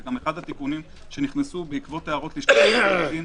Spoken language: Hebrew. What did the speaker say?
זה גם אחד התיקונים שנכנסו בעקבות הערות לשכת עורכי הדין,